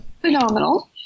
phenomenal